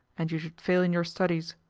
and you should fail in your studies.